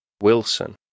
Wilson